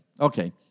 Okay